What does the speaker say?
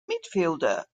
midfielder